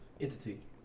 entity